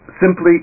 simply